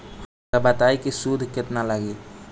हमका बताई कि सूद केतना लागी?